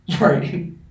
Right